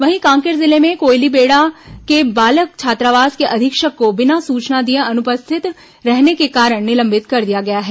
वहीं कांकेर जिले में कोयलीबेड़ा के बालक छात्रावास के अधीक्षक को बिना सूचना दिए अनुपस्थित रहने के कारण निलंबित कर दिया गया है